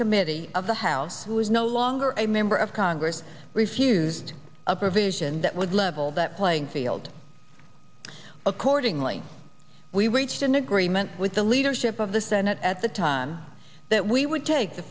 committee of the house who is no longer a member of congress refused a provision that would level that playing field accordingly we reached an agreement with the leadership of the senate at the time that we would take the